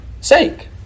sake